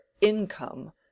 income